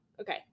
Okay